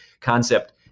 concept